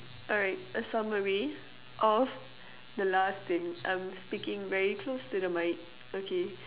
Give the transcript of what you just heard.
alright a summary of the last thing I'm speaking very close to the mic okay